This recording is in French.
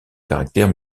caractère